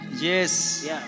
Yes